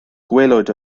gwelwyd